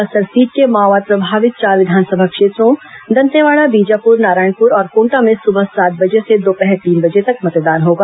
Bastar seat के माओवाद प्रभावित चार विधानसभा क्षेत्रों दंतेवाड़ा बीजापुर नारायणपुर और कोंटा में सुबह सात बजे से दोपहर तीन बजे तक मतदान होगा